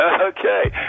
Okay